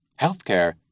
healthcare